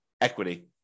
equity